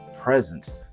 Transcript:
presence